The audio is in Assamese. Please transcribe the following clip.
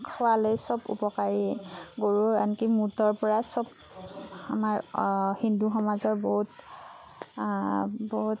খোৱালে চব উপকাৰীয়ে গৰুৰ আনকি মূতৰ পৰা চব আমাৰ হিন্দু সমাজৰ বহুত বহুত